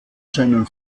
seinen